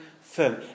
firm